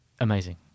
amazing